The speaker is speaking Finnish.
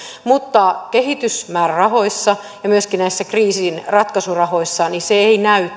mutta kehitysmäärärahoissa tai myöskään näissä kriisinratkaisurahoissa tämä linja ei näy